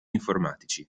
informatici